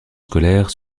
scolaire